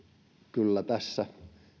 kyllä tässä